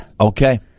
Okay